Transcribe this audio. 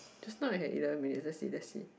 just now I had eleven minutes eh that's it that's it